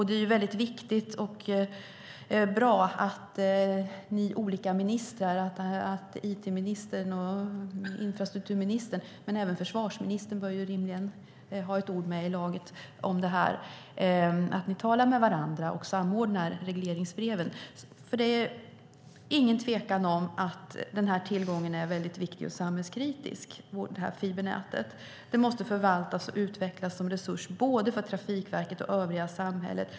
Det är viktigt och bra att infrastrukturministern och it-ministern talar med varandra och samordnar regleringsbreven, men även försvarsministern borde ha ett ord med i laget. Det råder ingen tvekan om att fibernätet är av yttersta vikt för samhället. Det måste förvaltas och utvecklas som resurs för både Trafikverket och övriga samhället.